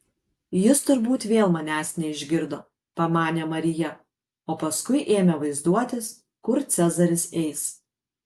jis turbūt vėl manęs neišgirdo pamanė marija o paskui ėmė vaizduotis kur cezaris eis